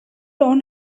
one